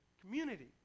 community